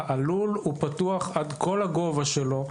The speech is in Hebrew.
הלול הוא פתוח עד כל הגובה שלו.